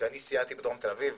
כשאני סיירתי בדרום תל אביב,